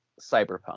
cyberpunk